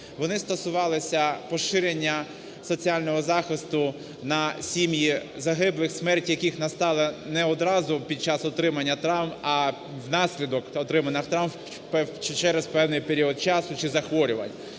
вони стосувалися поширення соціального захисту на сім'ї загиблих, смерть яких настала не одразу під час отримання травм, а внаслідок отриманих травм через певний період часу чи захворювань.